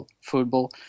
football